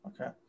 Okay